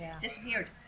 Disappeared